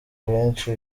benshi